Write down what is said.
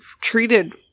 treated